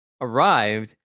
arrived